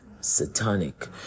satanic